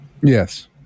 Yes